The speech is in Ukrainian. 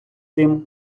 цим